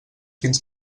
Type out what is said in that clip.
fins